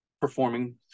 performing